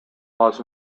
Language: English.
las